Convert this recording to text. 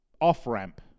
off-ramp